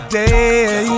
day